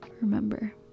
remember